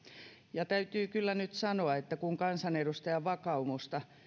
ja täytyy kyllä nyt sanoa että kun kansanedustajan vakaumusta